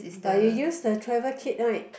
but you use the travel kit right